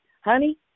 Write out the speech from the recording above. Honey